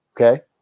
okay